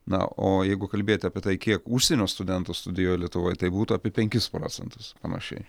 na o jeigu kalbėti apie tai kiek užsienio studentų studijuoja lietuvoj tai būtų apie penkis procentus panašiai